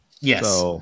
Yes